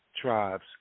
tribes